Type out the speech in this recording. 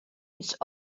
ist